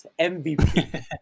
MVP